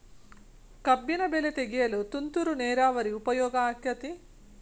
ಕಬ್ಬಿನ ಬೆಳೆ ತೆಗೆಯಲು ತುಂತುರು ನೇರಾವರಿ ಉಪಯೋಗ ಆಕ್ಕೆತ್ತಿ?